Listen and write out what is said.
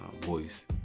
voice